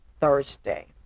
Thursday